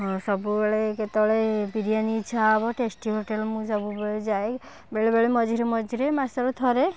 ହଁ ସବୁବେଳେ କେତେବେଳେ ବିରିୟାନୀ ଇଛା ହବ ଟେଷ୍ଟି ହୋଟେଲ ମୁଁ ସବୁବେଳେ ଯାଏ ବେଳେବେଳେ ମଝିରେ ମଝିରେ ମାସକୁ ଥରେ